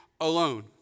alone